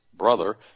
brother